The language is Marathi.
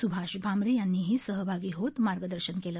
सुभाष भामरे यांनीही सहभागी होत मार्गदर्शन केले